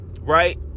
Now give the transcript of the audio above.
right